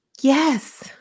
Yes